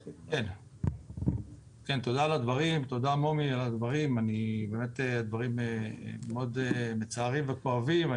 תודה על הדברים, אלה דברים מאוד מצערים וכואבים.